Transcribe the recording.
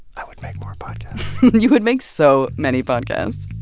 i would make more podcasts you would make so many podcasts